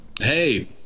Hey